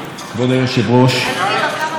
שני הרוגים היום,